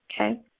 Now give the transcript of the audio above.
okay